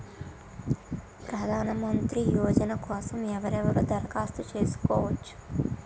ప్రధానమంత్రి యోజన కోసం ఎవరెవరు దరఖాస్తు చేసుకోవచ్చు?